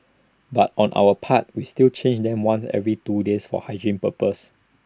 but on our part we still change them once every two days for hygiene purposes